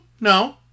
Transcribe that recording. No